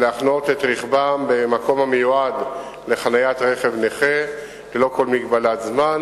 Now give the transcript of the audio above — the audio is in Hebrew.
להחנות את רכבם במקום המיועד לחניית רכב נכה ללא כל מגבלת זמן.